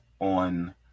on